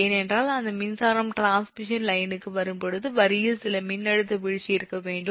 ஏனென்றால் அந்த மின்சாரம் டிரான்ஸ்மிஷன் லைனுக்கு வரும்போது வரியில் சில மின்னழுத்த வீழ்ச்சி இருக்க வேண்டும்